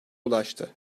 ulaştı